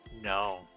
No